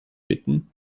bitten